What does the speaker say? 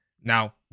Now